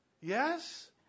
Yes